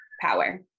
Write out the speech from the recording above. power